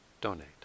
donate